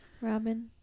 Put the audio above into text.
Robin